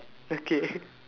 okay